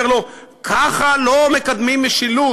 הוא אומר לו: ככה לא מקדמים משילות.